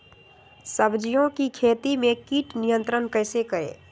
सब्जियों की खेती में कीट नियंत्रण कैसे करें?